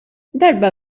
darba